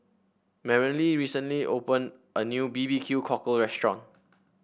Maralyn recently open a new B B Q Cockle restaurant